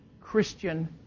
Christian